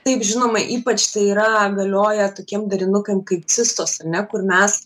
taip žinoma ypač tai yra galioja tokiem darinukam kaip cistos ar ne kur mes